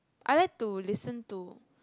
I like to listen to